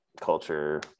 culture